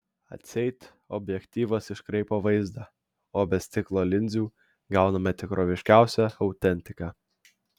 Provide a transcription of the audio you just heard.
atseit objektyvas iškraipo vaizdą o be stiklo linzių gauname tikroviškiausią autentiką